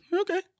Okay